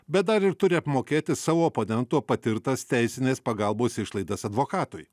bet dar ir turi apmokėti savo oponento patirtas teisinės pagalbos išlaidas advokatui